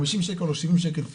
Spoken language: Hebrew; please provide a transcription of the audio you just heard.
50 שקל או 70 שקל פיקס,